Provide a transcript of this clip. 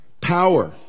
power